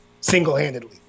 single-handedly